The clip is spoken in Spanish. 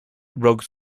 rogue